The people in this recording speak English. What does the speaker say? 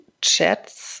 chats